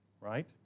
right